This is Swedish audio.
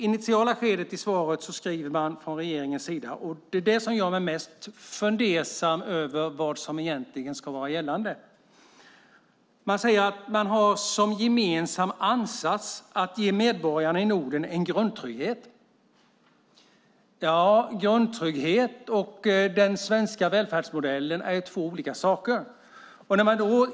Början av svaret från regeringens sida är det som gör mig mest fundersam över vad som ska vara gällande. Man säger att man har som gemensam ansats att ge medborgarna i Norden en grundtrygghet. Grundtrygghet och den svenska välfärdsmodellen är två olika saker.